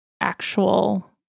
actual